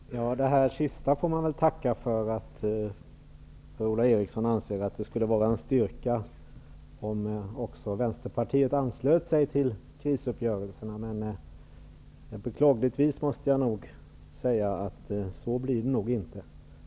Herr talman! Det sista som Per-Ola Eriksson sade får jag väl tacka för, nämligen att han anser att det skulle vara en styrka om också Vänsterpartiet anslöt sig krisuppgörelserna. Beklagligtvis måste jag säga att så nog inte blir fallet.